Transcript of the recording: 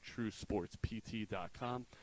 truesportspt.com